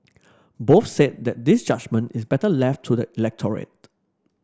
both said that this judgement is better left to the electorate